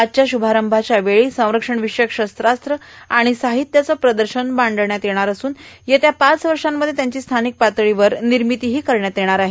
आजच्या श्रभारंभाच्या वेळी संरक्षणविषयक शास्त्रात्र आणि साहित्याची प्रदर्शनी मांडण्यात येणार असून येत्या पाच वर्षामध्ये त्यांची स्थानिक पातळीवर निर्मिती करण्यात येणार आहे